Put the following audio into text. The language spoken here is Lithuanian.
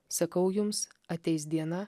sakau jums ateis diena